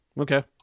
Okay